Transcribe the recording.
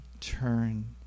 turn